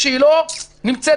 שלא נמצאת